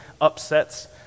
upsets